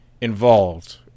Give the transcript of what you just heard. involved